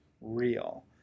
real